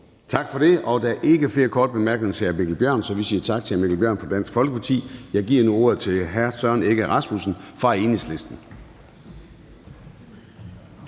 Tak for det. Der er ikke flere korte bemærkninger til hr. Mikkel Bjørn, så vi siger tak til hr. Mikkel Bjørn fra Dansk Folkeparti. Jeg giver nu ordet til hr. Søren Egge Rasmussen fra Enhedslisten.